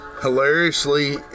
Hilariously